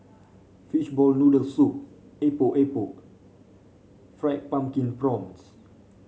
Fishball Noodle Soup Epok Epok Fried Pumpkin Prawns